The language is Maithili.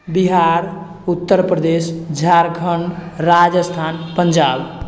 बिहार उत्तरप्रदेश झारखण्ड राजस्थान पंजाब